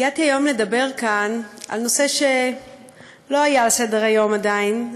הגעתי היום לדבר כאן על נושא שלא היה על סדר-היום עדיין,